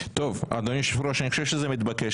טוב, אדוני היושב ראש, אני חושב שזה מתבקש.